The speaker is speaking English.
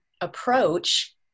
approach